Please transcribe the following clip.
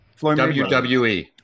WWE